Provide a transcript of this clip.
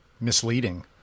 misleading